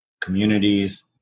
communities